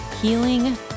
healing